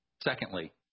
secondly